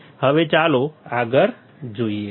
હવે ચાલો આગળ જોઈએ